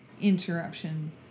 interruption